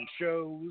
shows